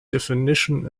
definition